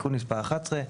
"תיקון מס' 11"